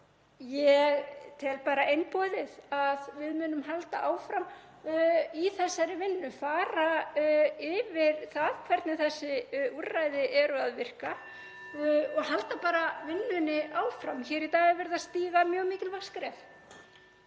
ég tel einboðið að við munum halda áfram í þessari vinnu, fara yfir það hvernig þessi úrræði eru að virka (Forseti hringir.) og halda vinnunni áfram. Hér í dag er verið að stíga mjög mikilvæg skref.